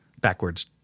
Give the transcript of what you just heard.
backwards